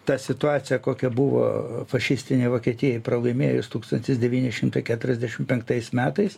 tą situaciją kokia buvo fašistinei vokietijai pralaimėjus tūkstantis devyni šimtai keturiasdešim penktais metais